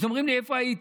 אז אומרים לי: איפה היית?